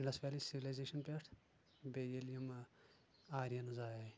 Indus Valley Civilization پٮ۪ٹھ بیٚیہِ ییٚلہِ یِم آرینز آے